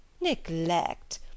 Neglect